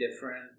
different